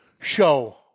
show